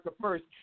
first